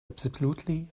absolutely